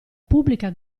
pubblica